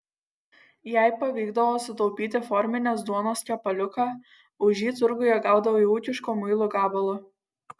jei pavykdavo sutaupyti forminės duonos kepaliuką už jį turguje gaudavai ūkiško muilo gabalą